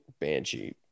Banshee